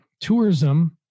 tourism